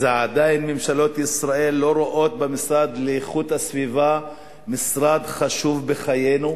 עדיין ממשלות ישראל לא רואות במשרד לאיכות הסביבה משרד חשוב בחיינו.